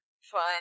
Fine